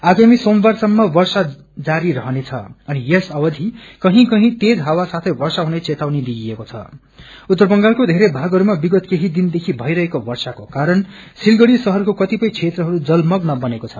आगामी सोमबार सम्म वर्षा जारी रहनेछ अनि यस अवधि कही कही तेज हावा साथै वर्षा हुने चेतावनी दिइएको छं उत्तर बंगालको धेरै भागहरूमा विगत केही दिनदेखि भइरहेको वर्ष्नाकोकारण सिलगड़ी शहरको कतिपय क्षेत्रहरू जलमग्न बनेको छ